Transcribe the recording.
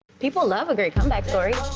people love a great comeback story.